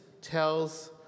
tells